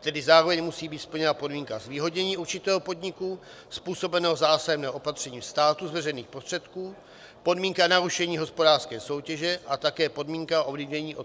Tedy zároveň musí být splněna podmínka zvýhodnění určitého podniku způsobeného zásahem nebo opatřením státu z veřejných prostředků, podmínka narušení hospodářské soutěže a také podmínka ovlivnění